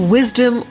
Wisdom